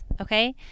okay